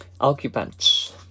occupants